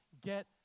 Get